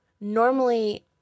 normally